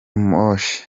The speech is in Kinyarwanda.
moshi